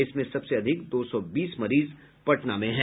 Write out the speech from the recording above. इसमें सबसे अधिक दो सौ बीस मरीज पटना में हैं